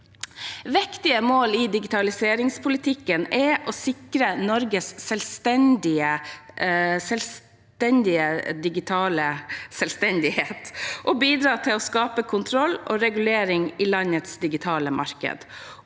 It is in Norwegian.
Viktige mål i digitaliseringspolitikken er å sikre Norges digitale selvstendighet, bidra til å skape kontroll og regulering i landets digitale marked